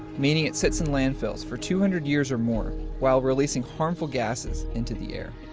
meaning it sits in landfills for two hundred years or more, while releasing harmful gases into the air.